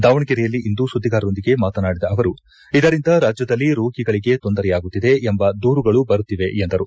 ದಾವಣಗೆರೆಯಲ್ಲಿಂದು ಸುದ್ದಿಗಾರರೊಂದಿಗೆ ಮಾತನಾಡಿದ ಅವರು ಇದರಿಂದ ರಾಜ್ಯದಲ್ಲಿ ರೋಗಿಗಳಿಗೆ ಕೊಂದರೆಯಾಗುತ್ತಿದೆ ಎಂಬ ದೂರುಗಳು ಬರುತ್ತಿವೆ ಎಂದರು